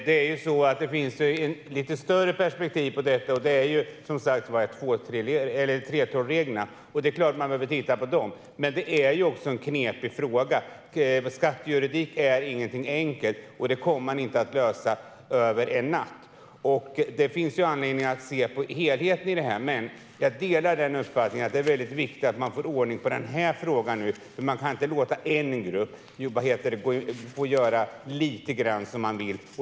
Herr talman! Det finns även ett större perspektiv på detta, och det är 3:12-reglerna. Det är klart att man behöver titta på dem, men det är ju också en knepig fråga. Skattejuridik är inte enkelt, och man kommer inte att lösa detta över en natt. Det finns anledning att se på helheten i det här, men jag delar uppfattningen att det är väldigt viktigt att man får ordning på den här frågan nu. Man kan ju inte låta en grupp få göra lite som den vill.